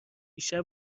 بیشتر